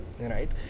right